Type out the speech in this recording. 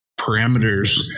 parameters